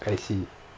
I see